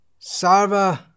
sarva